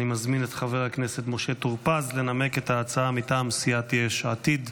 אני מזמין את חבר הכנסת משה טור פז לנמק את ההצעה מטעם סיעת יש עתיד,